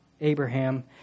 Abraham